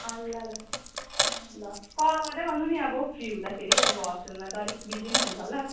अँ ल ल अँ ल कल गर्दै गर्नु नि अब फ्री हुँदाखेरि अब हस्टेलमा त अलिक बिजी नै हुन्छ होला